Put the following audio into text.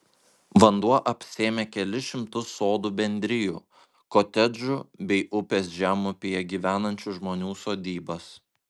vanduo apsėmė kelis šimtus sodų bendrijų kotedžų bei upės žemupyje gyvenančių žmonių sodybas